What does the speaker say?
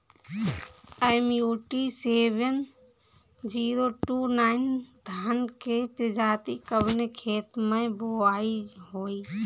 MUT seven zero two nine धान के प्रजाति कवने खेत मै बोआई होई?